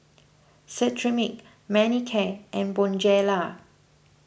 Cetrimide Manicare and Bonjela